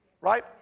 right